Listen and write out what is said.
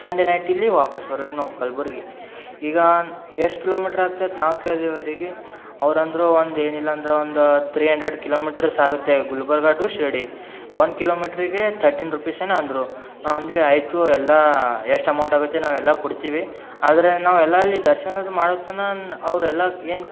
Sunday night ಇಲ್ಲಿಗೆ ವಾಪಾಸ್ ಬರ್ಬೇಕು ನಾವು ಕಲ್ಬುರ್ಗಿಗೆ ಈಗ ಎಷ್ಟು ಕಿಲೋಮೀಟ್ರ್ ಆಗ್ತೈತಿ ನಾವು ಕೇಳ್ದ್ವಿ ಅವ್ರಿಗೆ ಅವ್ರು ಅಂದರು ಒಂದು ಏನಿಲ್ಲ ಅಂದರು ಒಂದಾ ತ್ರೀ ಅಂಡ್ರೆಡ್ ಕಿಲೋಮೀಟ್ರಸ್ ಆಗುತ್ತೆ ಗುಲ್ಬರ್ಗ ಟು ಶಿರ್ಡಿ ಒನ್ ಕಿಲೋಮೀಟ್ರಿಗೆ ತರ್ಟೀನ್ ರುಪೀಸ್ ಏನು ಅಂದರು ನಾವು ಅಂದ್ವಿ ಆಯಿತು ಎಲ್ಲಾ ಎಷ್ಟು ಅಮೌಂಟ್ ಆಗುತ್ತೆ ನಾವೆಲ್ಲ ಕೊಡ್ತೀವಿ ಆದರೆ ನಾವೆಲ್ಲ ಅಲ್ಲಿ ದರ್ಶನ ಮಾಡುವ ತನಕ ಅನ್ ಅವರೆಲ್ಲ ಏನು